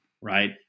right